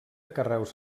carreus